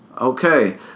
Okay